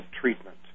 treatment